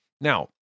Now